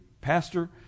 Pastor